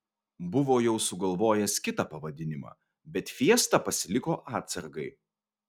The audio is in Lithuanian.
buvo jau sugalvojęs kitą pavadinimą bet fiestą pasiliko atsargai